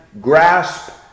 grasp